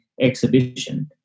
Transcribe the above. exhibition